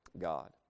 God